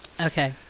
okay